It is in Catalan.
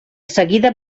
seguida